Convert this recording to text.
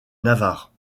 navarre